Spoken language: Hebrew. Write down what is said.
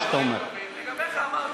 דיברתי אליך.